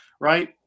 right